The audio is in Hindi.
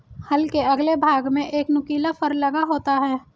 हल के अगले भाग में एक नुकीला फर लगा होता है